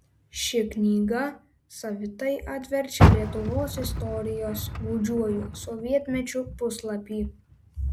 ši knyga savitai atverčia lietuvos istorijos gūdžiuoju sovietmečiu puslapį